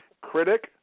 critic